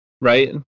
right